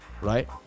right